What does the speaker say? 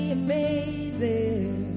amazing